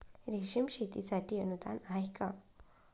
रेशीम शेतीसाठी अनुदान आहे का?